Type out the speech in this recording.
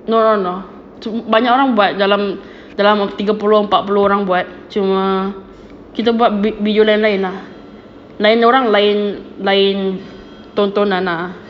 no no no banyak orang buat dalam dalam tiga puluh empat puluh orang buat cuma kita buat video lain-lain ah lain orang lain lain tontonan ah